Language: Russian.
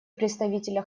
представителя